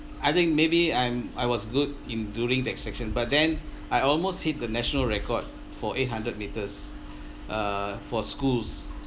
I think maybe I'm I was good in during the extraction but then I almost hit the national record for eight hundred meters uh for schools